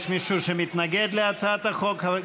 יש מישהו שמתנגד להצעת החוק?